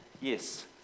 Yes